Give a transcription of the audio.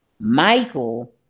Michael